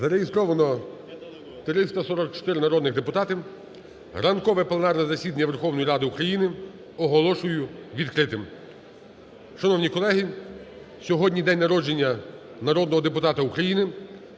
Зареєстровано 344 народних депутати. Ранкове пленарне засідання Верховної Ради України оголошую відкритим. Шановні колеги, сьогодні день народження народного депутата України,